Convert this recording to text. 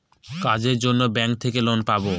কাজের জন্য ব্যাঙ্ক থেকে লোন পাবো